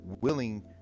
willing